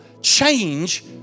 change